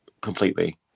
completely